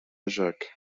جاك